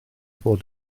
bod